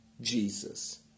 Jesus